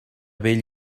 vell